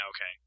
Okay